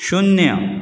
शुन्य